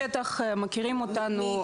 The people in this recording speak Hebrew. בשטח מכירים אותנו.